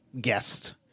guest